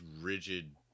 rigid